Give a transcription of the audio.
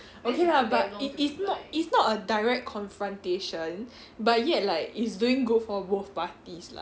okay lah but it is not it's not a direct confrontation but yet like is doing good for both parties lah